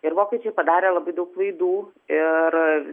ir vokiečiai padarė labai daug klaidų ir